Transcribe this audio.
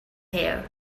hair